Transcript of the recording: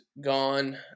gone